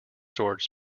storage